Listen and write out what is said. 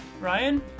Ryan